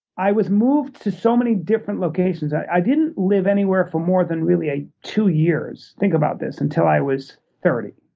i was moved to so many different locations. i didn't live anywhere for more than really two years, think about this, until i was thirty.